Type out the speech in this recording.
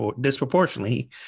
disproportionately